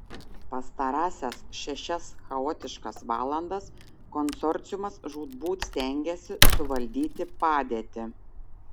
pastarąsias šešias chaotiškas valandas konsorciumas žūtbūt stengėsi suvaldyti padėtį